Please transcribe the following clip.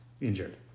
injured